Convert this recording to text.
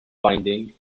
binding